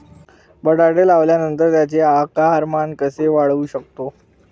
बटाटा लावल्यानंतर त्याचे आकारमान कसे वाढवू शकतो?